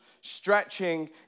Stretching